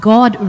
God